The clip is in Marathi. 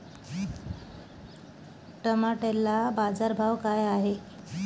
टमाट्याले बाजारभाव काय हाय?